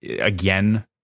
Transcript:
again